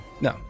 No